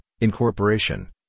incorporation